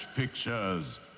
Pictures